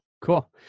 Cool